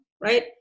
right